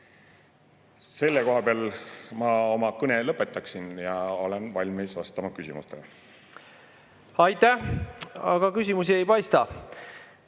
Selle koha peal ma oma kõne aga lõpetan ja olen valmis vastama küsimustele. Aitäh! Aga küsimusi ei paista,